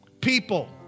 people